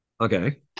Okay